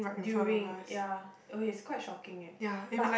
during ya okay it's quite shocking eh but